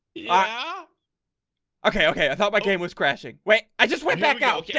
ah okay, okay. i thought my game was crashing wait. i just went back out yeah